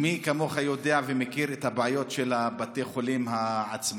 מי כמוך יודע ומכיר את הבעיות של בתי החולים העצמאיים,